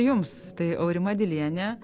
jums tai aurima dilienė